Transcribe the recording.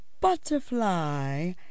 butterfly